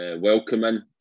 welcoming